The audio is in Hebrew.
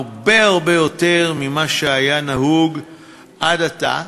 הרבה הרבה יותר ממה שהיה נהוג עד עתה.